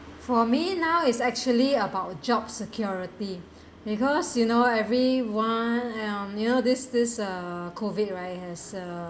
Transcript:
for me now is actually about job security because you know every one um near this this uh COVID right has